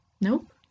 Nope